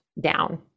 down